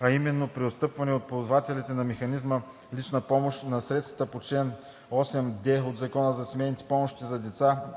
а именно преотстъпване от ползвателите на механизма лична помощ на средствата по чл. 8д от Закона за семейните помощи за деца